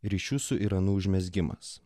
ryšių su iranu užmezgimas